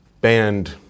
banned